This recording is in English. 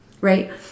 right